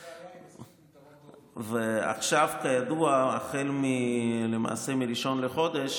הבעיה, כידוע, החל מ-1 בחודש